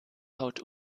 haut